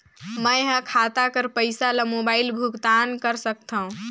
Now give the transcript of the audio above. मैं ह खाता कर पईसा ला मोबाइल भुगतान कर सकथव?